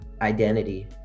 identity